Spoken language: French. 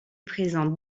présente